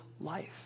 life